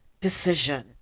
decision